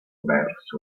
verso